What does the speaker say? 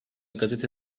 gazete